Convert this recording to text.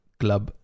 club